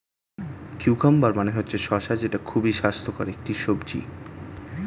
cucumber মানে হচ্ছে শসা যেটা খুবই স্বাস্থ্যকর একটি সবজি